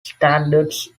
standards